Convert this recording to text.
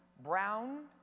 brown